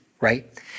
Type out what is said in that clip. right